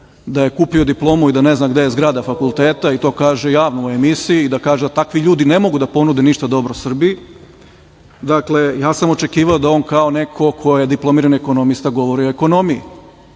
da je kupio diplomu i da ne zna gde je zgrada fakulteta i to kaže javno u emisiji, gde kaže da takvi ljudi ne mogu da ponude ništa dobro Srbiji, očekivao sam da on kao neko ko je diplomirani ekonomista govori o ekonomiji